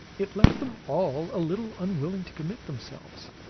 it left them all a little unwilling to commit themselves.